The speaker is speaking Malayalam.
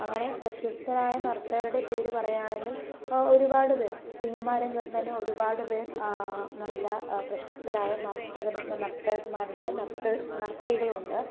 അങ്ങനെ പ്രശസ്തരായ നർത്തകരുടെ പേര് പറയുകയാണെങ്കിൽ ഒരുപാട് പേർ സിനിമ രംഗത്ത് തന്നെ ഒരുപാട് പേർ നല്ല പ്രശസ്തരായ നർത്തകൻ നർത്തകന്മാരുണ്ട് നർത്തകികളുണ്ട്